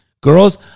girls